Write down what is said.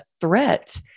threat